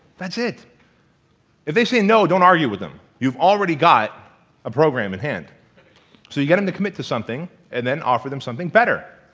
that's it if they say no don't argue with them you've already got a program in hand so you gonna and commit to something and then offer them something better